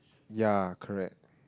yeah correct